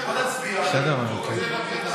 בואו נצביע.